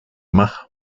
mach